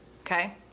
okay